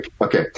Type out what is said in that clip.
Okay